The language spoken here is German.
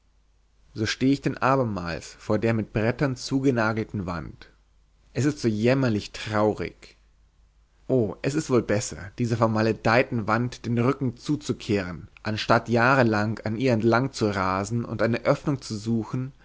so stehe ich denn abermals vor der mit brettern zugenagelten wand es ist so jämmerlich traurig oh es ist wohl besser dieser vermaledeiten wand den rücken zuzukehren anstatt jahrlang an ihr entlang zu rasen und eine öffnung zu suchen